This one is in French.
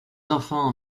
enfants